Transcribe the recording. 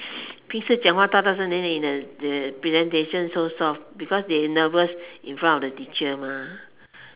平时讲话大大声 then they in the the presentation so soft because they nervous in front of the teacher mah